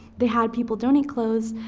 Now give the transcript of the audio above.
they had people donate clothes,